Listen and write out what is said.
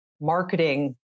marketing